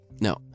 No